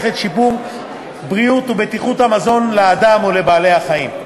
את שיפור בריאות ובטיחות המזון לאדם ולבעלי-החיים.